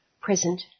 present